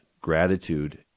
gratitude